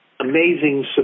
Amazing